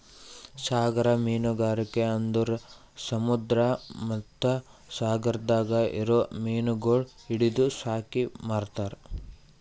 ಸಾಗರ ಮೀನುಗಾರಿಕೆ ಅಂದುರ್ ಸಮುದ್ರ ಮತ್ತ ಸಾಗರದಾಗ್ ಇರೊ ಮೀನಗೊಳ್ ಹಿಡಿದು ಸಾಕಿ ಮಾರ್ತಾರ್